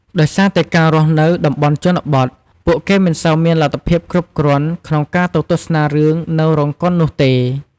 ដោយសារតែការរស់នៅនៅតំបន់ជនបទ ពួកគេមិនសូវមានលទ្ធភាពគ្រប់គ្រាន់ក្នុងការទៅទស្សនារឿងនៅរោងកុននោះទេ។